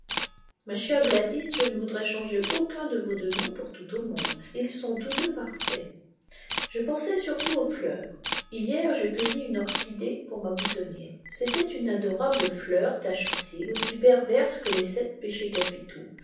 ma chère gladys je ne voudrais changer aucun de vos deux noms pour tout au monde ils sont tous deux parfaits je pensais surtout aux fleurs hier je cueillis une orchidée pour ma boutonnière c'était une adorable fleur tachetée aussi perverse que les sept péchés capitaux